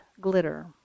glitter